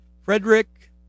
Frederick